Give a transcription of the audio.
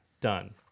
done